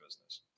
business